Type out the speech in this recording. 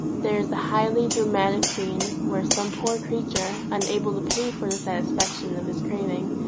there is a highly dramatic scene where some poor creature, unable to pay for the satisfaction of his craving,